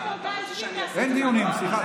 אין דיונים, סליחה.